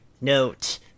Note